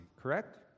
correct